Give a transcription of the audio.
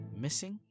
missing